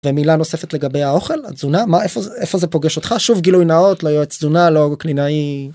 במילה נוספת לגבי האוכל, התזונה מה איפה זה איפה זה פוגש אותך שוב, גילוי נאות לא יועץ תזונה לא קלינאי.